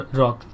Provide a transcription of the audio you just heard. rock